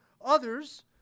others